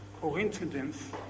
coincidence